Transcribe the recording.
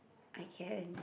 I can